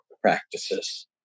practices